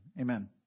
amen